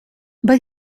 but